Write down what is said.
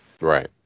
Right